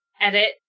edit